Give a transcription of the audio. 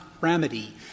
Remedy